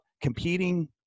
competing